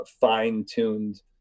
fine-tuned